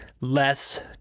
less